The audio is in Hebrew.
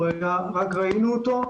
רק ראינו אותו.